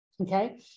okay